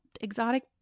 exotic